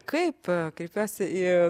kaip kreipiuosi į